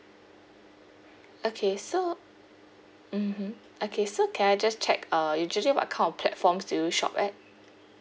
okay so mmhmm okay so can I just check uh usually what kind of platforms do you shop at